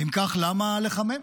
אם כך, למה לחמם?